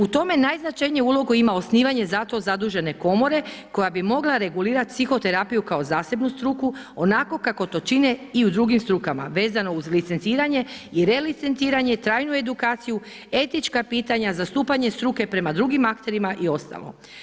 U tome najznačajniju ulogu ima osnivanje za to zadužene komore koja bi mogla regulirati psihoterapiju kao zasebnu struku onako kako to čine i u drugim strukama, vezano uz licenciranje i relicenciranje i trajnu edukaciju, etička pitanja, zastupanje struke prema drugim akterima i ostalo.